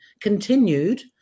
continued